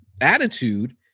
attitude